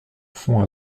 fond